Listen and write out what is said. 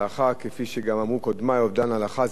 כפי שגם אמרו קודמי, אובדן להלכה זה רכב